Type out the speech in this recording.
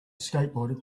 skateboarder